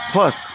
Plus